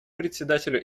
председателю